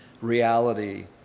reality